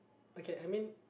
okay I mean